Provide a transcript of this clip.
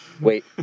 wait